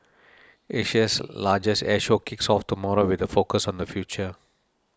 Asia's largest air show kicks off tomorrow with a focus on the future